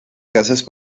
casas